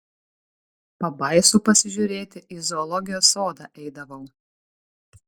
pabaisų pasižiūrėti į zoologijos sodą eidavau